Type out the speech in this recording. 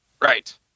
right